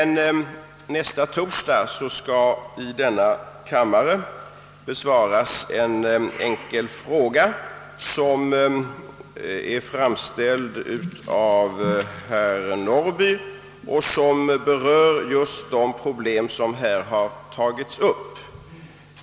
Nästa torsdag skall dock i denna kammare besvaras en enkel fråga som är framställd av herr Norrby och som berör just de problem som här har tagits upp.